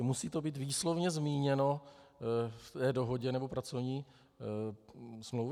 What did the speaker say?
Musí to být výslovně zmíněno v dohodě nebo v pracovní smlouvě?